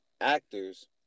actors